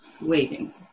Waiting